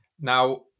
Now